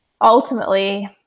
ultimately